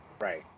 Right